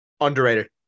Underrated